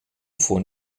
von